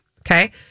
Okay